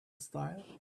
style